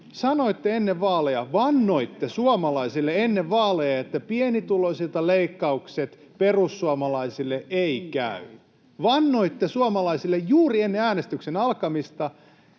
Sanoitte ennen vaaleja, vannoitte suomalaisille ennen vaaleja, että perussuomalaisille eivät käy leikkaukset pienituloisilta. Vannoitte suomalaisille juuri ennen äänestyksen alkamista.